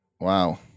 Wow